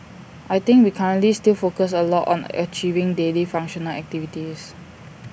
I think we currently still focus A lot on achieving daily functional activities